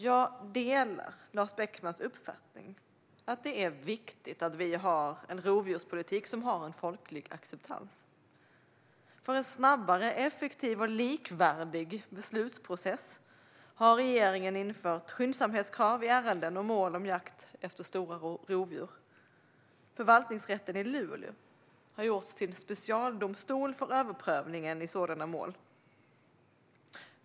Jag håller med om Lars Beckmans uppfattning att det är viktigt att vi har en rovdjurspolitik som har folklig acceptans. För att vi ska ha en snabbare, effektiv och likvärdig beslutsprocess har regeringen infört skyndsamhetskrav i ärenden och mål om jakt efter stora rovdjur. Förvaltningsrätten i Luleå har gjorts till specialdomstol för överprövningen i sådana mål.